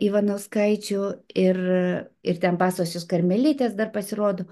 ivanauskaičių ir ir ten basosios karmelitės dar pasirodo